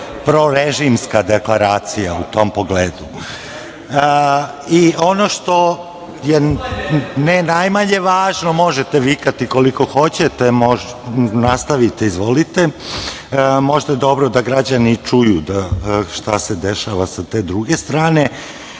prorežimska deklaracija u tom pogledu. Ono što je, ne najmanje važno možete vikati koliko hoćete, nastavite, možete da građani čuju, šta se dešava sa te druge strane,